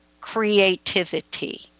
creativity